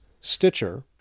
Stitcher